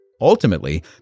Ultimately